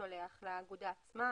שולח לאגודה עצמה,